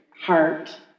heart